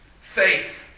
Faith